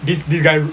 this this guy